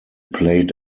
played